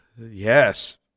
Yes